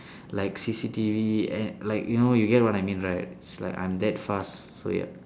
like C_C_T_V and like you know you get what I mean right it's like I'm that fast so ya